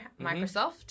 Microsoft